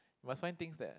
but find things that